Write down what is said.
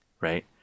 right